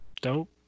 Dope